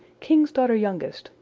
king's daughter, youngest,